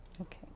Okay